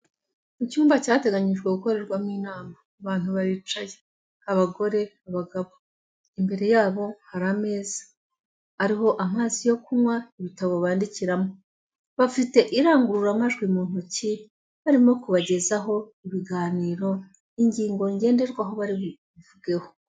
Mu cyumba cyateganyijwe gukorerwamo inama abantu baricaye abagore, abagabo, imbere yabo hari ameza ariho amazi yo kunywa, ibitabo bandikiramo. Bafite irangururamajwi mu ntoki barimo kubagezaho ibiganiro, ingingo ngenderwaho bari buvugeho.